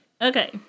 Okay